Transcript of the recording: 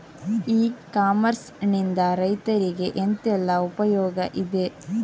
E commerce ನಿಂದ ರೈತರಿಗೆ ಎಂತೆಲ್ಲ ಉಪಯೋಗ ಇದೆ?